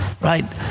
right